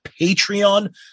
Patreon